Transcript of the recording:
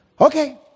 Okay